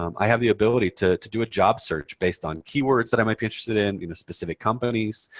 um i have the ability to to do a job search based on keywords that i might be interested in, you know, specific companies.